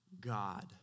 God